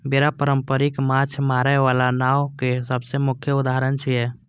बेड़ा पारंपरिक माछ मारै बला नाव के सबसं मुख्य उदाहरण छियै